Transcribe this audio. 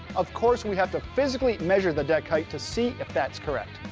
of course we have to physically measure the deck height to see if that's correct.